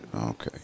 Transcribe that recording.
okay